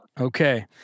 Okay